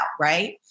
right